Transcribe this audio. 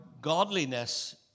godliness